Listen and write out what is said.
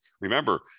Remember